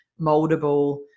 moldable